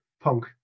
punk